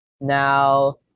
Now